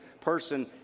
person